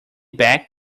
back